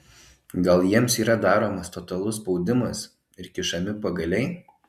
gal jiems yra daromas totalus spaudimas ir kišami pagaliai